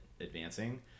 advancing